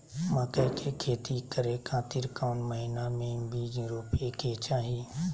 मकई के खेती करें खातिर कौन महीना में बीज रोपे के चाही?